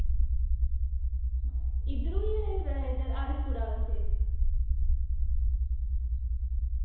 इद्धरू आरएस पुरा पास्सै